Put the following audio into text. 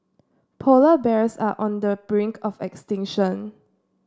polar bears are on the brink of extinction